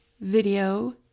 video